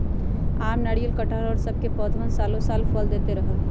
आम, नारियल, कटहल और सब के पौधवन सालो साल फल देते रहा हई